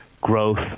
growth